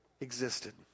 existed